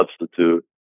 substitute